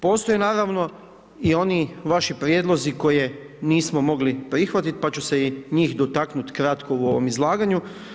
Postoji naravno i oni vaši prijedlozi koje nismo mogli prihvatit, pa ću se i njih dotaknut kratko u ovom izlaganju.